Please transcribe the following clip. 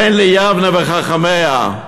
"תן לי יבנה וחכמיה".